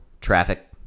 traffic